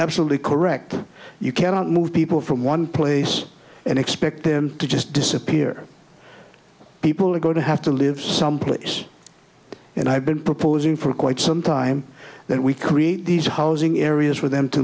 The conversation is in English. absolutely correct you cannot move people from one place and expect them to just disappear people are going to have to live someplace and i've been proposing for quite some time that we create these housing areas for them to